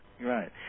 Right